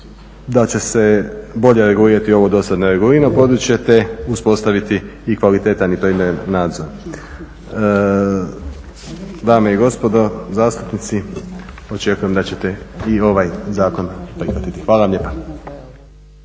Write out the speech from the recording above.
da će se bolje regulirati ovo dosad neregulirano područje te uspostaviti i kvalitetan i primjeren nadzor. Dame i gospodo zastupnici očekujem da ćete i ovaj zakon prihvatiti. Hvala vam lijepa.